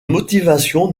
motivations